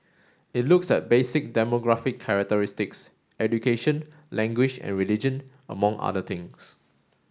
it looks at basic demographic characteristics education language and religion among other things